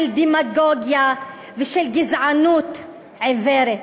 של דמגוגיה ושל גזענות עיוורת,